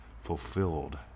Fulfilled